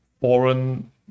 foreign